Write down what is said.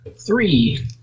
three